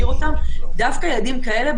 דווקא ילדים כאלה,